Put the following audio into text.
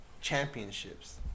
championships